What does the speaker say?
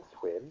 swim